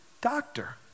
doctor